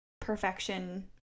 perfection